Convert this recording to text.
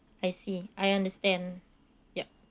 I see I understand yup